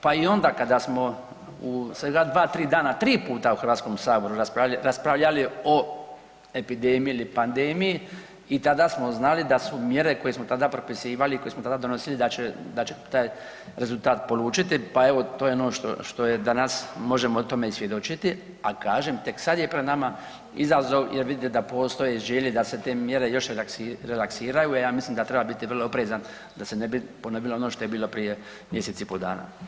Pa i onda kada smo u svega 2, 3 dana 3 puta u HS-u raspravljali o epidemiji ili pandemiji, i tada smo znali da su mjere koje smo tada propisivali i koje smo tada donosili, da će taj rezultat polučiti, pa evo, to je ono što je danas možemo o tome i svjedočiti, a kažem, tek sad je pred nama izazov jer vide da postoje želje da se te mjere još relaksiraju, a ja mislim da treba biti vrlo oprezan da se ne bi ponovilo ono što je bilo prije mjesec i po' dana.